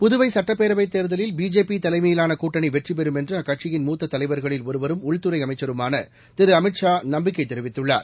புதுவைசட்டப்பேரவைத் தேர்தலில் பிஜேபிதலைமயிலாளகூட்டணிவெற்றிபெறும் என்றுஅக்கட்சியின் மூத்தலைவர்களில் ஒருவரும் உள்துறைஅமைச்சருமானதிருஅமித் ஷா நம்பிக்கைதெரிவித்துள்ளார்